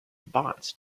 bots